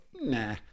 nah